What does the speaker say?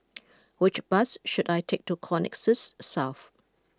which bus should I take to Connexis South